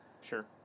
Sure